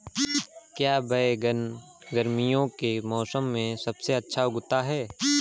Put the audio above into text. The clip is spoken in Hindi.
क्या बैगन गर्मियों के मौसम में सबसे अच्छा उगता है?